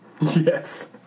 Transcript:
Yes